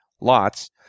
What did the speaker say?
lots